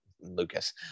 Lucas